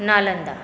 Nalanda